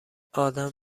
آدم